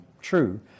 true